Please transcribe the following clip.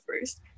first